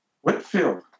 Whitfield